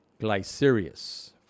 Glycerius